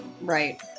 Right